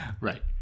right